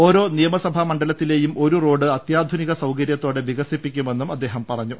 ഓരോ നിയമസഭാ മണ്ഡലത്തിലേയും ഒരു റോഡ് അത്യാധുനിക സൌകര്യത്തോടെ വികസിപ്പിക്കുമെന്നും അദ്ദേഹം പറഞ്ഞു